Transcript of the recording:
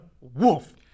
wolf